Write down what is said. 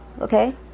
okay